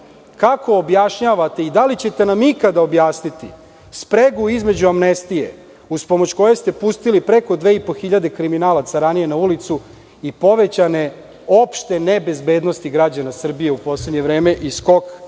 Kako objašnjavate i da li ćete nam ikada objasniti spregu između amnestije uz pomoć koje ste pustili preko 2.500 kriminalaca ranije na ulicu i povećane opšte nebezbednosti građana Srbije u poslednje vreme i skok krivičnih